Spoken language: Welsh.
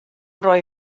roi